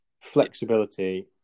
flexibility